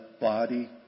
body